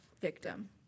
victim